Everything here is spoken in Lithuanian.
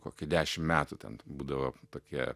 kokį dešimt metų ten būdavo tokie